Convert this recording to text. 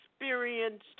experienced